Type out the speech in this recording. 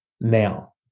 now